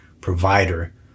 provider